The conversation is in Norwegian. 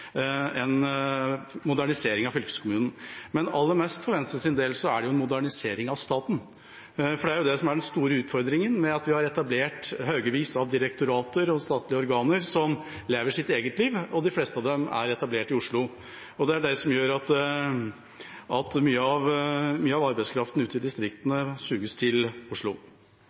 en modernisering av fylkeskommunen. Men aller mest, for Venstres del, gjelder det en modernisering av staten. Det er det som er den store utfordringen med at vi har etablert haugevis av direktorater og statlige organer som lever sitt eget liv, og de fleste av dem er etablert i Oslo. Det er det som gjør at mye av arbeidskraften ute i distriktene suges til Oslo.